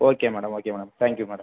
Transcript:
okay madam okay madam thank you madam